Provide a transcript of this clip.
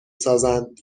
سازند